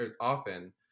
often